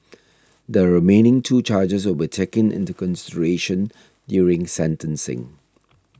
the remaining two charges will be taken into consideration during sentencing